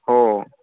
हो